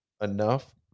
enough